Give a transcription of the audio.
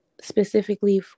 specifically